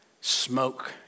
smoke